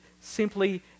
simply